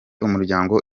umuryango